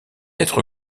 être